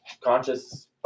conscious